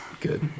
Good